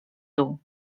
dół